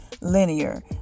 linear